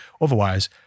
Otherwise